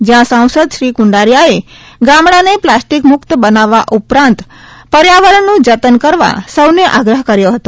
જ્યાં સાંસદ શ્રી કુંડારીયાએ ગામડાને પ્લાસ્ટિકમુક્ત બનાવવા ઉપ રાંત ર્યાવરણનું જતન કરવા સૌને આગ્રહ કર્યો હતો